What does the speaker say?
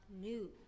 new